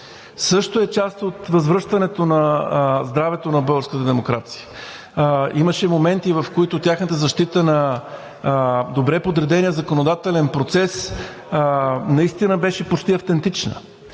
също е част от възвръщането на здравето на българската демокрация. Имаше моменти, в които тяхната защита на добре подредения законодателен процес наистина беше почти автентична.